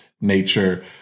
nature